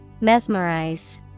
Mesmerize